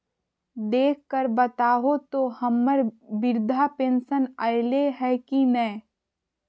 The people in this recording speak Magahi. देख कर बताहो तो, हम्मर बृद्धा पेंसन आयले है की नय?